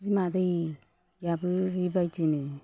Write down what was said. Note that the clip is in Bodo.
बिमा दैआबो बेबायदिनो